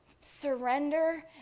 surrender